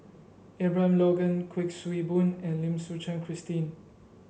Abraham Logan Kuik Swee Boon and Lim Suchen Christine